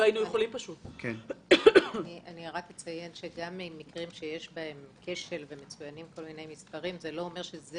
גם במקרים שיש בהם כשל - מצוינים כל מיני מספרים - עוד לא אומר שזה